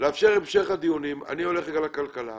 יש כל מיני גורמים אחרים שעשויים לפנות על אישור שלא בהתאם לכללי משרד